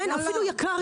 כן, אפילו יקר יותר.